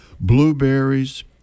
blueberries